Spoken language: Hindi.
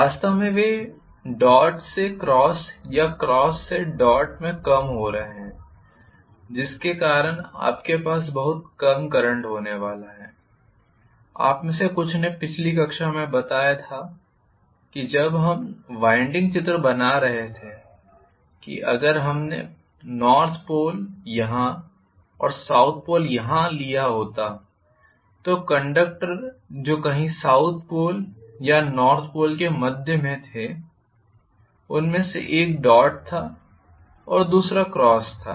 वास्तव में वे डॉट से क्रॉस या क्रॉस से डॉट में कम हो रहे हैं जिसके कारण आपके पास बहुत कम करंट होने वाला है आप में से कुछ ने पिछली कक्षा में बताया था जब हम वाइंडिंग चित्र बना रहे थे कि अगर हमने नॉर्थ पोल यहाँ और साउथ पोल यहाँ लिया होता कंडक्टर जो कहीं साउथ पोल या नॉर्थ पोल के मध्य में थे उनमें से एक डॉट था और दूसरा क्रॉस था